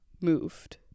moved